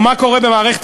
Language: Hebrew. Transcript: ומה קורה במערכת